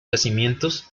yacimientos